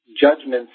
judgments